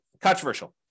controversial